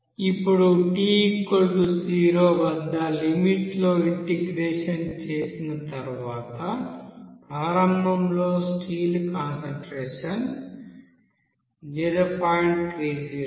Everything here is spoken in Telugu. ఇప్పుడు t0 వద్ద లిమిట్ లో ఇంటెగ్రేషన్ చేసిన తరువాత ప్రారంభంలో స్టీల్ కాన్సంట్రేషన్ 0